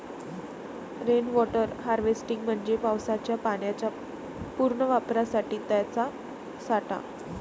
rain water harvesting म्हणजे पावसाच्या पाण्याच्या पुनर्वापरासाठी त्याचा साठा